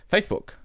Facebook